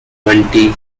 twenty